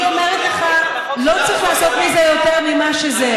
אני אומרת לך, לא צריך לעשות מזה יותר ממה שזה.